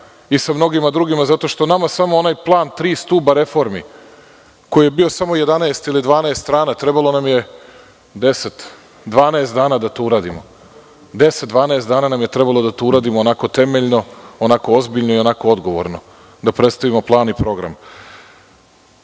i sa mnogim drugima, zato što nama samo onaj plan tri stuba reformi, koji je bio samo 11 ili 12 strana, trebalo nam je 10, 12 dana da to uradimo onako temeljno, onako ozbiljno i onako odgovorno, da predstavimo plan i program. Razumeo